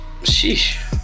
Sheesh